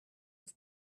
its